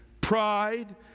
pride